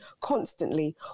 constantly